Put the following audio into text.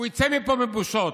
הוא יצא מפה בבושות.